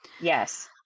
Yes